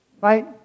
right